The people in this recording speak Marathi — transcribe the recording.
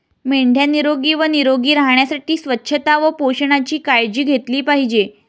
मेंढ्या निरोगी व निरोगी राहण्यासाठी स्वच्छता व पोषणाची काळजी घेतली पाहिजे